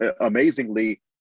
amazingly